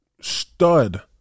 stud